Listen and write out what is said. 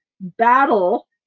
battle